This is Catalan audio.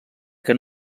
que